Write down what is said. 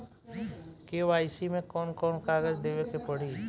KYC मे कौन कौन कागज देवे के पड़ी?